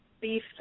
beef